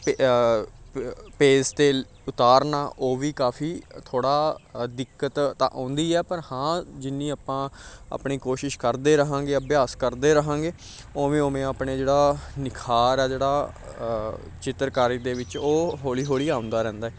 ਅਤੇ ਪ ਪੇਜ਼ 'ਤੇ ਉਤਾਰਨਾ ਉਹ ਵੀ ਕਾਫੀ ਥੋੜ੍ਹਾ ਅ ਦਿੱਕਤ ਤਾਂ ਆਉਂਦੀ ਆ ਪਰ ਹਾਂ ਜਿੰਨੀ ਆਪਾਂ ਆਪਣੀ ਕੋਸ਼ਿਸ਼ ਕਰਦੇ ਰਹਾਂਗੇ ਅਭਿਆਸ ਕਰਦੇ ਰਹਾਂਗੇ ਉਵੇਂ ਉਵੇਂ ਆਪਣੇ ਜਿਹੜਾ ਨਿਖਾਰ ਹੈ ਜਿਹੜਾ ਚਿੱਤਰਕਾਰੀ ਦੇ ਵਿੱਚ ਉਹ ਹੌਲੀ ਹੌਲੀ ਆਉਂਦਾ ਰਹਿੰਦਾ